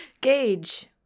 Gage